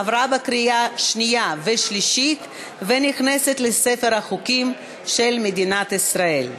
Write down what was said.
עבר בקריאה שנייה ושלישית ונכנס לספר החוקים של מדינת ישראל.